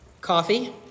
coffee